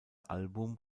album